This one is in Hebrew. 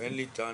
ואין לי טענות